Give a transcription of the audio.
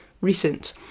recent